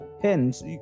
Hence